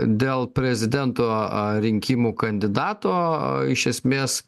dėl prezidento rinkimų kandidato iš esmės